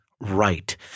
right